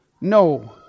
No